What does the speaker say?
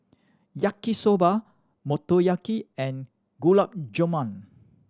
Yaki Soba Motoyaki and Gulab Jamun